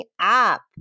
app